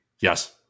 Yes